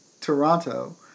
Toronto